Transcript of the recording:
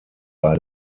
bei